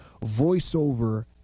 voiceover